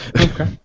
Okay